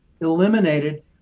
eliminated